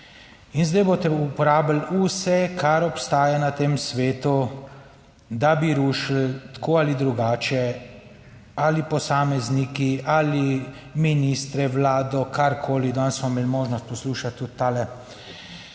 In zdaj boste uporabili vse, kar obstaja na tem svetu, da bi rušili tako ali drugače ali posamezniki ali ministre, Vlado, karkoli. Danes smo imeli možnost poslušati tudi tale,